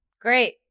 Great